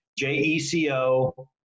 JECO